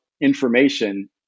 information